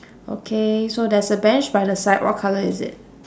okay so there's a bench by the side what colour is it